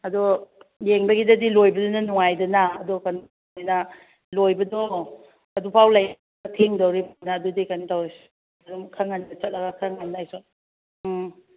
ꯑꯗꯨ ꯌꯦꯡꯕꯒꯤꯗꯗꯤ ꯂꯣꯏꯕꯗꯨꯅ ꯅꯨꯡꯉꯥꯏꯗꯅ ꯑꯗꯨ ꯀꯩꯅꯣꯅꯤꯅ ꯂꯣꯏꯕꯗꯣ ꯑꯗꯨꯐꯥꯎ ꯂꯩꯕ ꯊꯦꯡꯗꯧꯔꯤꯝꯅꯤꯅ ꯑꯗꯨꯗꯤ ꯀꯩꯅꯣ ꯇꯧꯔꯁꯤ ꯑꯗꯨꯝ ꯈꯔ ꯉꯟꯅ ꯆꯠꯂꯒ ꯈꯔ ꯉꯟꯅ ꯑꯩꯁꯨ ꯎꯝ